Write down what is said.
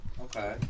Okay